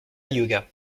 yoga